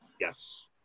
Yes